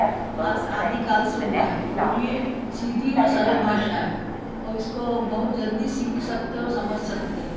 आदिकाल से हुआ है और यह सीधी और सरल भाषा है और इसको बहुत जल्दी सीख सकते हैं और समझ सकते हैं